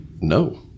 No